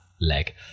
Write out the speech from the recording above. Leg